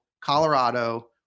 Colorado